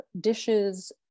dishes